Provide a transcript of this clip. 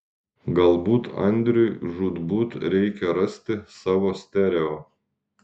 galbūt andriui žūtbūt reikia rasti savo stereo